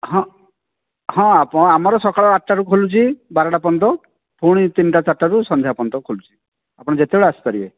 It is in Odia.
ହଁ ହଁ ଆପଣ ଆମର ସକାଳ ଆଠଟାରୁ ଖୋଲୁଛି ବାରଟା ପର୍ଯ୍ୟନ୍ତ ପୁଣି ତିନିଟା ଚାରିଟାରୁ ସନ୍ଧ୍ୟା ପର୍ଯ୍ୟନ୍ତ ଖୋଲୁଛି ଆପଣ ଯେତବେଳେ ଆସିପାରିବେ